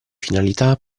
finalità